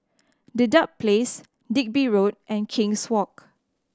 Dedap Place Digby Road and King's Walk